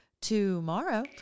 tomorrow